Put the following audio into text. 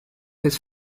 his